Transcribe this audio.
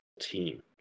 team